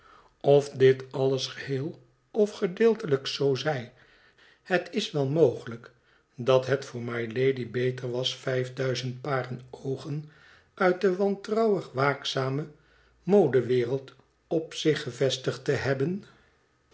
of dit alles geheel of gedeeltelijk zoo zij het is wel mogelijk dat het voor mylady beter was vijf duizend paren oogen uit de wantrouwig waakzame modewereld op zich gevestigd te hebben